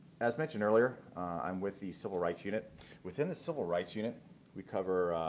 as mentioned earlier i am with the civil rights unit within the civil rights unit we cover